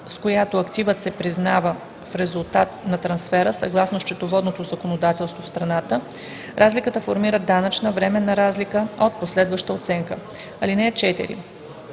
с която активът се признава в резултат на трансфера, съгласно счетоводното законодателство в страната, разликата формира данъчна временна разлика от последваща оценка. (4)